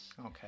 Okay